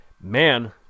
man